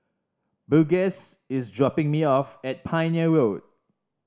Burgess is dropping me off at Pioneer Road